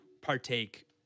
partake